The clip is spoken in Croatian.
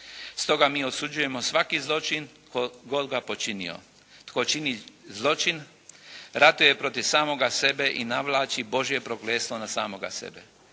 Stoga mi osuđujemo svaki zločin tko god ga počinio. Tko čini zločin ratuje protiv samoga sebe i navlači Božje prokletstvo na samoga sebe."